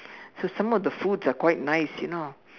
so some of the foods are quite nice you know